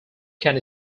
can